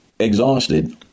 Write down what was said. exhausted